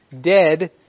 dead